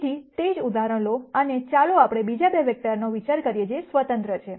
તેથી તે જ ઉદાહરણ લો અને ચાલો આપણે બીજા 2 વેક્ટરનો વિચાર કરીએ જે સ્વતંત્ર છે